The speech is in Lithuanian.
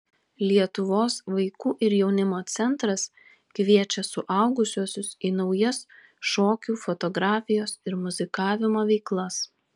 lietuvos vaikų ir jaunimo centras kviečia suaugusiuosius į naujas šokių fotografijos ir muzikavimo veiklas